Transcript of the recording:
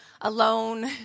alone